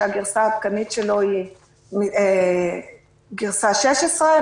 שהגרסה העדכנית שלו היא גרסה 16,